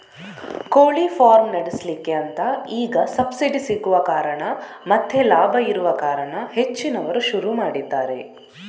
ಕೋಳಿ ಫಾರ್ಮ್ ನಡೆಸ್ಲಿಕ್ಕೆ ಅಂತ ಈಗ ಸಬ್ಸಿಡಿ ಸಿಗುವ ಕಾರಣ ಮತ್ತೆ ಲಾಭ ಇರುವ ಕಾರಣ ಹೆಚ್ಚಿನವರು ಶುರು ಮಾಡಿದ್ದಾರೆ